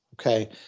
okay